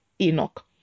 Enoch